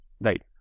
Right